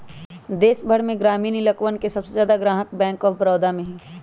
देश भर में ग्रामीण इलकवन के सबसे ज्यादा ग्राहक बैंक आफ बडौदा में हई